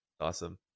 awesome